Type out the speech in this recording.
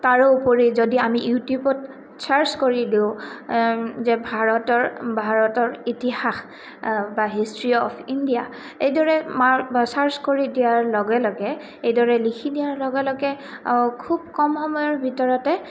তাৰোপৰি যদি আমি ইউটিউবত চাৰ্চ কৰি দিওঁ যে ভাৰতৰ ভাৰতৰ ইতিহাস বা হিষ্ট্ৰী অফ ইণ্ডিয়া এইদৰে মাৰ চাৰ্চ কৰি দিয়াৰ লগে লগে এইদৰে লিখি দিয়াৰ লগে লগে খুব কম সময়ৰ ভিতৰতে